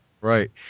Right